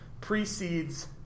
precedes